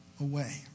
away